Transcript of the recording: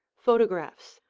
photographs,